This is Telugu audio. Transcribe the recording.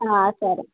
సరే